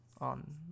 on